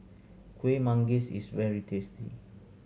Kuih Manggis is very tasty